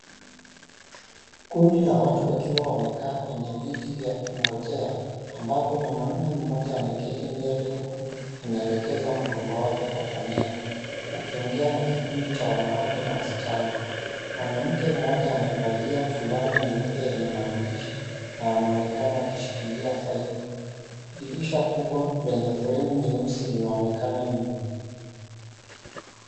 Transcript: Kundi la watu wakiwa wamekaa kwenye viti vya kungojea ambapo mwanaume mmoja ameketi mbele huku ameelekeza mgongo wake kwa kamera, akiongea na kikundi cha wanawake na wasichana. Mwanamke mmoja amevalia fulana nyeupe yenye maandishi na anaonekana akishikilia faili. 𝐷irisha kubwa lenye fremu nyeusi linaonekana nyuma.